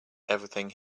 everything